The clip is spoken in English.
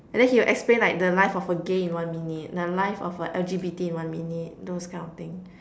and then he will explain like the life of a gay in one minute the life of a L_G_B_T in one minute those kind of things